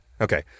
Okay